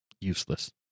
useless